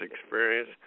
experience